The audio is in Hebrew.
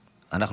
בסוף.